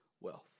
wealth